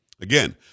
Again